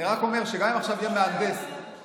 --- אני רק אומר שגם אם עכשיו יהיה מהנדס שיבוא